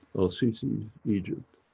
i'll see some egypt,